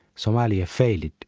somalia failed.